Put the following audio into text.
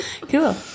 Cool